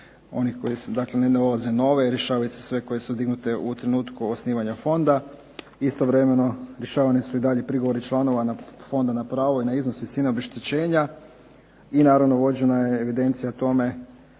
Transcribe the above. su dakle, ne dolaze nove, rješavaju se sve koje su dignute u trenutku osnivanja fonda. Istovremeno rješavani su i dalje prigovori članova fonda na pravo i na iznos visine obeštećenja, i naravno vođena je evidencija o tome